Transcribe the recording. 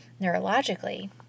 neurologically